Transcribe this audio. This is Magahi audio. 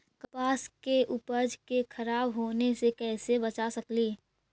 कपास के उपज के खराब होने से कैसे बचा सकेली?